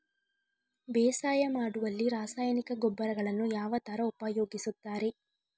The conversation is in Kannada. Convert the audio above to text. ಬೇಸಾಯ ಮಾಡುವಲ್ಲಿ ರಾಸಾಯನಿಕ ಗೊಬ್ಬರಗಳನ್ನು ಯಾವ ತರ ಉಪಯೋಗಿಸುತ್ತಾರೆ?